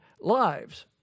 lives